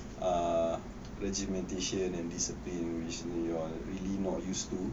ah regimentation and discipline which you are really not use to